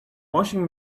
washing